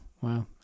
wow